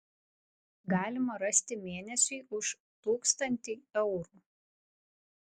galima rasti mėnesiui už tūkstantį eurų